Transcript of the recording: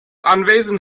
anwesen